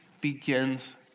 begins